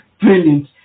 Brilliant